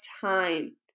time